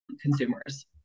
consumers